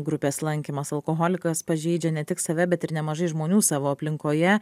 grupės lankymas alkoholikas pažeidžia ne tik save bet ir nemažai žmonių savo aplinkoje